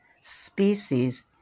species